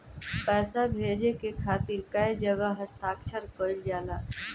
पैसा भेजे के खातिर कै जगह हस्ताक्षर कैइल जाला?